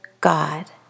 God